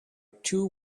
too